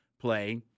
play